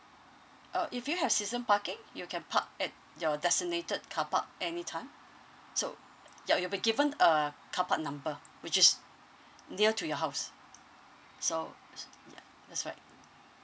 uh if you have season parking you can park at your designated car park anytime so ya you'll be given a car park number which is near to your house so s~ ya that's right